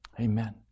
Amen